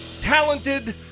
talented